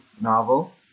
novel